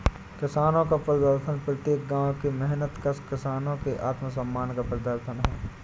किसानों का प्रदर्शन प्रत्येक गांव के मेहनतकश किसानों के आत्मसम्मान का प्रदर्शन है